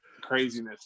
craziness